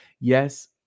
Yes